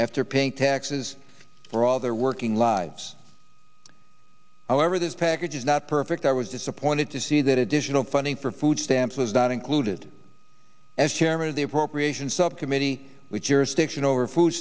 after paying taxes for all their working lives however this package is not perfect i was disappointed to see that additional funding for food stamps was not included as chairman of the appropriations subcommittee which your stiction over food